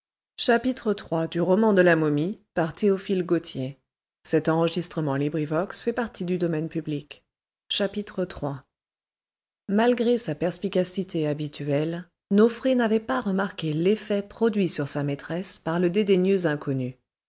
gorgerins malgré sa perspicacité habituelle nofré n'avait pas remarqué l'effet produit sur sa maîtresse par le dédaigneux inconnu